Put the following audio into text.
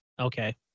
okay